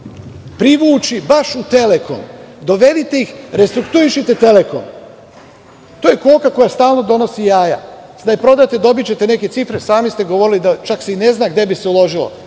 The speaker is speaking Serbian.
privući baš u Telekom, dovedite ih restruktuišite Telekom, to je koka koja stalno donosi jaja. Da je prodate, dobićete neke cifre, sami ste govorili, čak se i ne zna gde bi se uložilo,